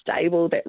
stable